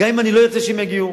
גם אם אני לא ארצה שהם יגיעו,